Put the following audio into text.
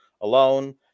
alone